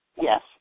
Yes